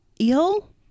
Eel